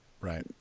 Right